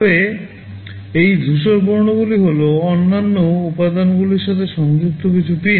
তবে এই ধূসর বর্ণগুলি হল অন্যান্য উপাদানগুলির সাথে সংযুক্ত কিছু পিন